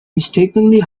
mistakenly